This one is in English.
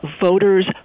voters